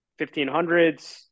1500s